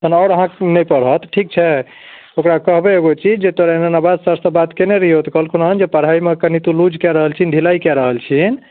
तऽ आओर अहाँके नहि पढ़त ठीक छै ओकरा कहबै एगो चीज जे तोरा एना एना बात सरसँ बात केने रहिऔ तऽ कहलखुन हँ जे पढ़ाइमे कनि तू लूज कऽ रहल छही ढिलाइ कऽ रहल छही